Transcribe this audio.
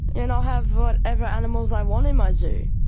and i'll have whatever animals i want in my zoo.